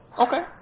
Okay